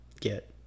get